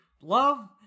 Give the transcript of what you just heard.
Love